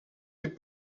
des